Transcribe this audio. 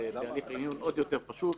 בהליך מיון עוד יותר פשוט,